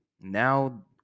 now